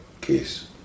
case